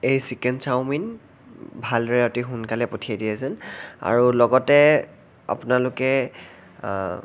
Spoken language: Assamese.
এই চিকেন চাওমিন ভালদৰে অতি সোনকালে পঠিয়াই দিয়ে যেন আৰু লগতে আপোনালোকে